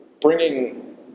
bringing